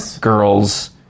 girls